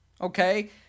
okay